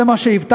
זה מה שהבטחנו,